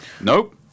nope